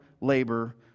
labor